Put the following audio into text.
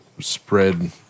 spread